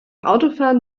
autofahren